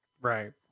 Right